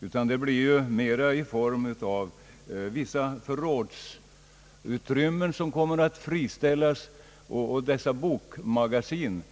Förslaget innebär egentligen att vissa förrådsutrymmen kommer att friställas och att dessa bokmagasin,